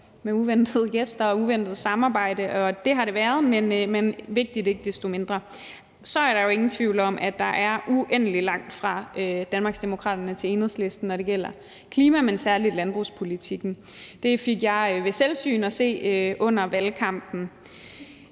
med uventede gæster og uventede samarbejder, og det har det være, men ikke desto mindre vigtigt. Og så er der jo ingen tvivl om, at der er uendelig langt fra Danmarksdemokraterne til Enhedslisten, når det gælder klima, men særlig i forhold til landbrugspolitikken. Det fik jeg ved selvsyn at se under valgkampen.